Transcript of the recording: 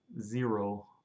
zero